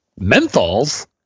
menthols